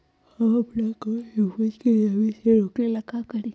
हम अपना कोई भी उपज के नमी से रोके के ले का करी?